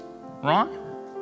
Ron